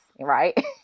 right